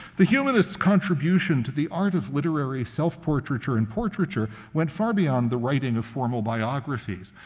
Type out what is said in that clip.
the humanists' contribution to the art of literary self-portraiture and portraiture went far beyond the writing of formal biographies.